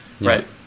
right